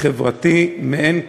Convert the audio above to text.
חברתי מאין כמוהו.